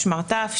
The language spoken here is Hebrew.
שמטרף,